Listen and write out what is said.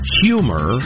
humor